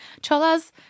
Cholas